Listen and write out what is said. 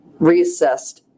reassessed